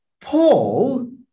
Paul